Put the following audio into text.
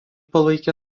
palaikė